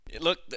Look